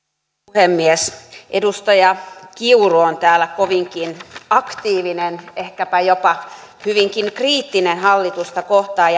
puhemies edustaja kiuru on täällä kovinkin aktiivinen ehkäpä jopa hyvinkin kriittinen hallitusta kohtaan